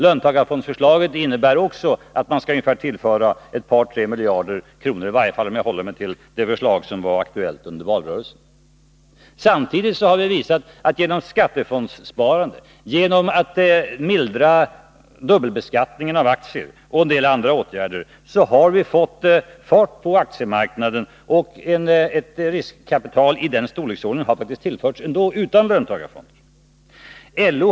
Löntagarfondsförslaget innebär också att man skall tillföra ett par tre miljarder — i varje fall det förslag som var aktuellt under valrörelsen. Samtidigt har vi visat att vi genom skattefondssparandet, genom att mildra dubbelbeskattningen av aktier och genom en del andra åtgärder har fått fart på aktiemarknaden, och ett riskkapital i den storleksordningen har faktiskt tillförts utan löntagarfonder.